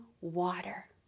water